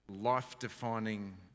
life-defining